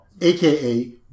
aka